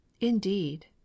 Indeed